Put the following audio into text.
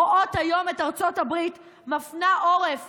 רואות היום את ארצות הברית מפנה עורף